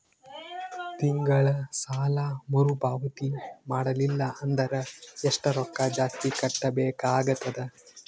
ತಿಂಗಳ ಸಾಲಾ ಮರು ಪಾವತಿ ಮಾಡಲಿಲ್ಲ ಅಂದರ ಎಷ್ಟ ರೊಕ್ಕ ಜಾಸ್ತಿ ಕಟ್ಟಬೇಕಾಗತದ?